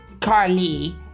Carly